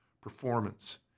performance